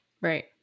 Right